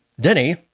Denny